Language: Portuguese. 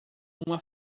uma